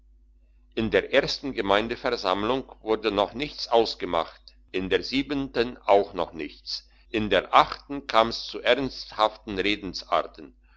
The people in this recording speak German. in der ersten gemeindsversammlung wurde noch nichts ausgemacht in der siebenten auch noch nichts in der achten kam's zu ernsthaften redensarten